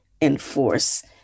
enforce